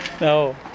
no